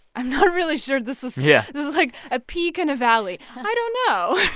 i'm not really sure this is. yeah. like, a peak in a valley. i don't know.